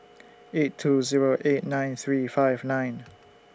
eight two Zero eight nine three five nine